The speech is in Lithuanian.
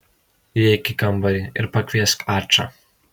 įeik į kambarį ir pakviesk ačą